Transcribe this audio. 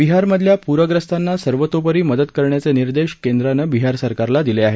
बिहारमधल्या पूर्यस्तांना सर्वतोपरी मदत करण्याचे निर्देश केंद्रानं बिहार सरकारला दिले आहेत